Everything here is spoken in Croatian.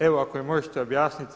Evo, ako mi možete objasniti?